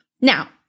Now